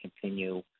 continue